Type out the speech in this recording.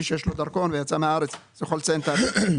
מי שיש לו דרכון ויצא מהארץ יכול לציין תאריך,